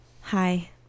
Hi